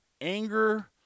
anger